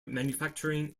manufacturing